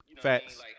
Facts